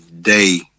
day